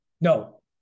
no